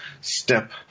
step